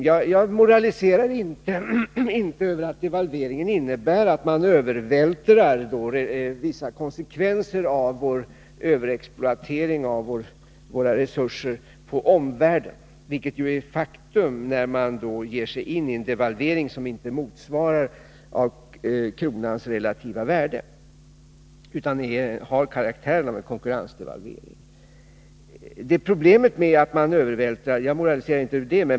Jag moraliserar inte över att devalveringen innebär att man på omvärlden övervältrar vissa konsekvenser av vår överexploatering av våra resurser, vilket ju blir ett faktum när man genomför en devalvering som inte motsvarar kronans relativa värde utan som har karaktären av konkurrensdevalvering.